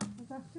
ננסה לחזור